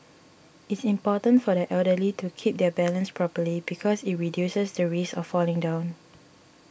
it's important for the elderly to keep their balance properly because it reduces the risk of falling down